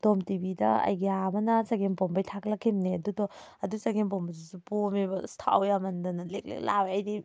ꯇꯣꯝ ꯇꯤꯚꯤꯗ ꯑꯩꯒ꯭ꯌꯥ ꯑꯃꯅ ꯆꯒꯦꯝꯄꯣꯝꯕꯩ ꯊꯥꯒꯠꯂꯛꯈꯤꯕꯅꯦ ꯑꯗꯨꯗꯣ ꯑꯗꯨ ꯆꯒꯦꯝ ꯄꯣꯝꯕꯗꯨꯁꯨ ꯄꯣꯝꯃꯦꯕ ꯑꯁ ꯊꯥꯎ ꯌꯥꯝꯃꯟꯗꯅ ꯂꯦꯛ ꯂꯦꯛ ꯂꯥꯎꯌꯦ ꯑꯩꯗꯤ